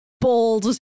bold